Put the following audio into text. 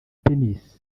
tennis